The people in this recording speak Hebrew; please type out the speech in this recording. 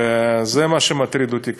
וזה מה שמטריד אותי.